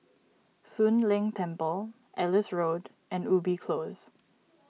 Soon Leng Temple Ellis Road and Ubi Close